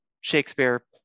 Shakespeare